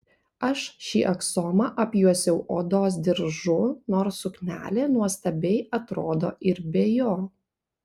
aš šį aksomą apjuosiau odos diržu nors suknelė nuostabiai atrodo ir be jo